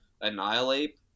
Annihilate